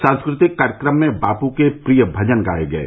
सांस्कृतिक कार्यक्रम में बापू के प्रिय भजन गाये गये